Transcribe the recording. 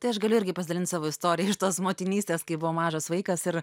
tai aš galiu irgi pasidalint savo istorija iš tos motinystės kai buvo mažas vaikas ir